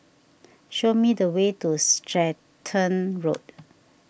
show me the way to Stratton Road